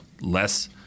less